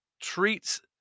treats